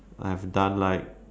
I have done like